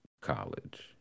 College